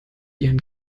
ihren